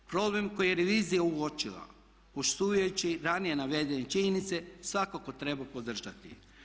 Problem koji je revizija uočila poštujući ranije navedene činjenice svakako treba podržati.